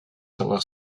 savoir